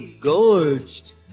gorged